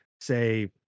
say